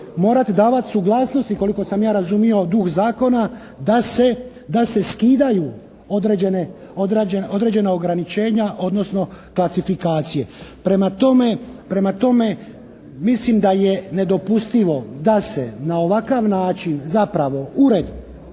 morati davati suglasnosti koliko sam ja razumio duh zakona da se skidaju određena ograničenja, odnosno klasifikacije. Prema tome mislim da je nedopustivo da se na ovakav način zapravo Ured